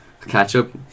ketchup